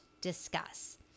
discuss